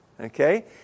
okay